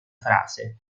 frase